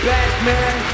Batman